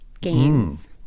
games